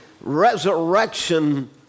resurrection